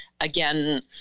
again